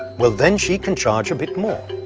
well then, she can charge a bit more.